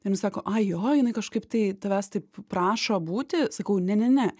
ir jinai sako ai jo jinai kažkaip tai tavęs taip prašo būti sakau ne ne ne